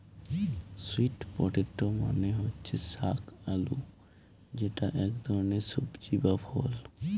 sweet potato মানে হচ্ছে শাক আলু যেটা এক ধরনের সবজি বা ফল